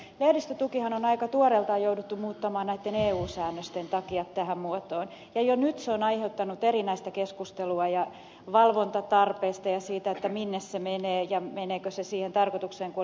lehdistötukihan on aika tuoreeltaan jouduttu muuttamaan eu säännösten takia tähän muotoon ja jo nyt se on aiheuttanut erinäistä keskustelua valvontatarpeista ja siitä minne se menee ja meneekö se siihen tarkoitukseen kuin oli tarkoitus